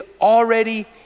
already